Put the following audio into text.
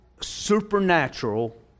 supernatural